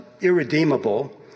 irredeemable